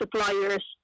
suppliers